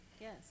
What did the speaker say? Yes